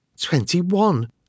Twenty-one